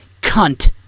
cunt